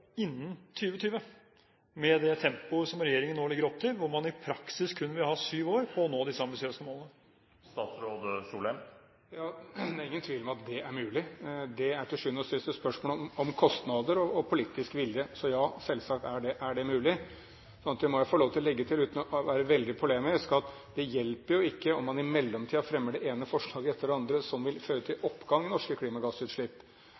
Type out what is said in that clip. innen 2020 med det tempoet som regjeringen nå legger opp til, hvor man i praksis kun vil ha syv år på å nå disse ambisiøse målene? Det er ingen tvil om at det er mulig. Det er til sjuende og sist et spørsmål om kostnader og politisk vilje. Så ja, selvsagt er det mulig. Men jeg må få lov til å legge til, uten å være veldig polemisk, at det hjelper jo ikke om man i mellomtiden fremmer det ene forslaget etter det andre som vil føre til